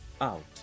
out